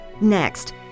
Next